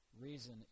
reason